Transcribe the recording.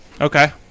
Okay